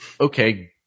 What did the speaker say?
okay